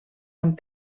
amb